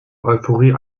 euphorie